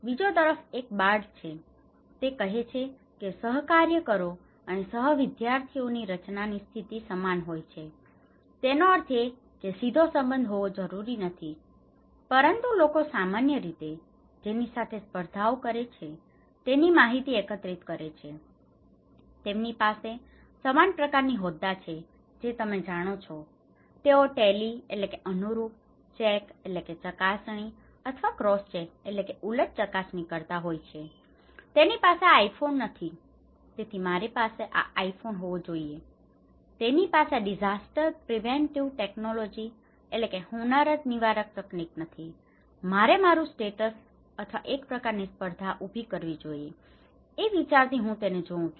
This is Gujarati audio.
બીજો તરફ એક બાર્ડ છે તે કહે છે કે સહકાર્યકરો અને સહ વિદ્યાર્થીઓની રચનાની સ્થિતિ સમાન હોય છે તેનો અર્થ એ કે સીધો સંબંધ હોવો જરૂરી નથી પરંતુ લોકો સામાન્ય રીતે જેની સાથે સ્પર્ધાઓ કરે છે તેની માહિતી એકત્રિત કરે છે તેમની પાસે સમાન પ્રકારની હોદ્દા છે જે તમે જાણો છો તેઓ ટેલિ tally અનુરૂપ ચેક check ચકાસણી અથવા ક્રોસ ચેક cross check ઊલટ ચકાસણી કરતાં હોય છે ઓહ તેની પાસે આ આઇફોન નથી તેથી મારી પાસે આ આઇફોન હોવો જોઈએ તેની પાસે આ disaster preventive technology disaster preventive technology હોનારત નિવારક તકનીક નથી મારે મારું સ્ટેટસ status દરજ્જો અથવા એક પ્રકારની સ્પર્ધા ઊભી કરવી જોઈએ એ વિચારથી હું તેને જોઉં છું